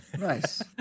nice